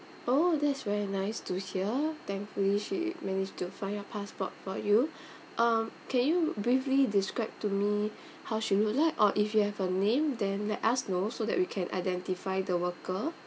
oh that's very nice to hear thankfully she managed to find your passport for you um can you briefly describe to me how she look like or if you have a name then let us know so that we can identify the worker